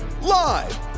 live